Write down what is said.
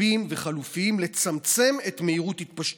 רבים וחלופיים לצמצם את מהירות התפשטותה.